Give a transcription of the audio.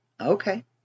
Okay